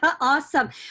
Awesome